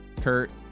Kurt